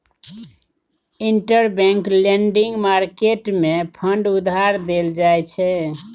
interbank lending market मे fund उधार देल जाइ छै